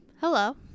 hello